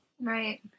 Right